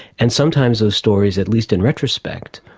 and sometimes those stories, at least in retrospect,